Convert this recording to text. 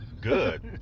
Good